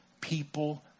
people